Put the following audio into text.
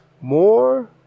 more